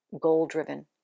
goal-driven